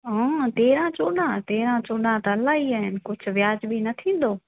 आअं तेरहां चोॾहां तेरहां चोॾहां त इलाही आहिनि कुझु वाजुबी न थींदो